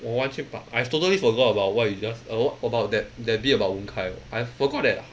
我完全把 I've totally forgot about what you just uh about that that day about wen kai I forgot that